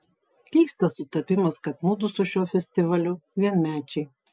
keistas sutapimas kad mudu su šiuo festivaliu vienmečiai